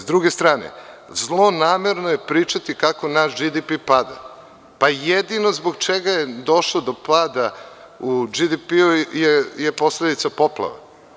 S druge strane, zlonamerno je pričati kako naš BDP pada, pa jedino zbog čega je došlo do pada u BDP je posledica poplava.